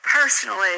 personally